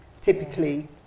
typically